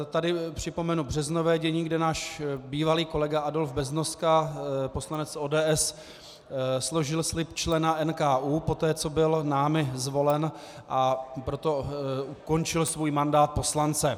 Tady připomenu březnové dění, kde náš bývalý kolega Adolf Beznoska, poslanec ODS, složil slib člena NKÚ poté, co byl námi zvolen, a proto ukončil svůj mandát poslance.